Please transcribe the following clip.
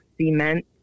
cement